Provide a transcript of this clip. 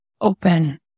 open